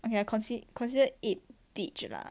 okay I consi~ consider it beach lah